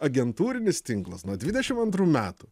agentūrinis tinklas nuo dvidešim antrų metų